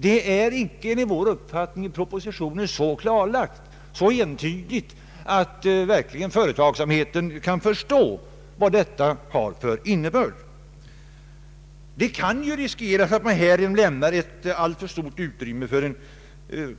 Det är enligt vår uppfattning i propositionen icke så entydigt, att företagsamheten verkligen kan förstå vad detta har för innebörd. Risken är ju att det här lämnas ett alltför stort utrymme för